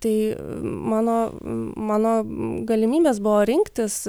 tai mano mano galimybės buvo rinktis